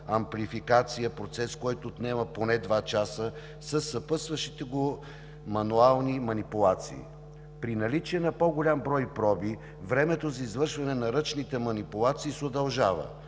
амплификация – процес, който отнема поне два часа със съпътстващите го мануални манипулации. При наличие на по-голям брой проби времето за извършване на ръчните манипулации се удължава.